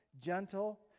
gentle